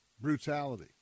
brutality